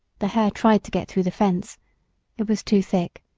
the hare tried to get through the fence it was too thick,